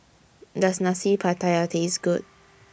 Does Nasi Pattaya Taste Good